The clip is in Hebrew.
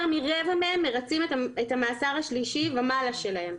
יותר מרבע מהם מרצים את המאסר השלישי ומעלה שלהם,